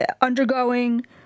undergoing